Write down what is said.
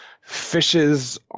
Fishes